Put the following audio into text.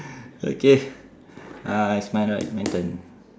okay uh it's mine right my turn